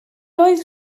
oedd